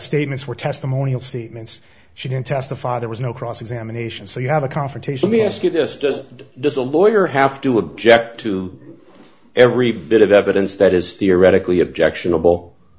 statements were testimonial statements she didn't testify there was no cross examination so you have a confrontation me ask you this just does the lawyer have to object to every bit of evidence that is theoretically objectionable